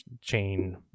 chain